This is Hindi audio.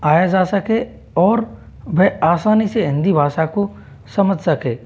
आया जा सके और वह आसानी से हिंदी भाषा को समझ सके